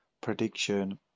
prediction